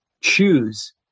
choose